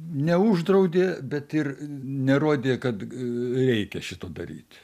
neuždraudė bet ir nerodė kad reikia šito daryt